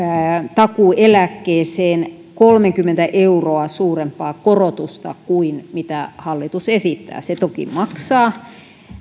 takuueläkkeeseen kolmekymmentä euroa suurempaa korotusta kuin mitä hallitus esittää se toki maksaa